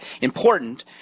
important